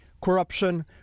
corruption